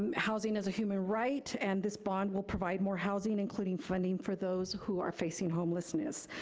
um housing is a human right and this bond will provide more housing including funding for those who are facing homelessness.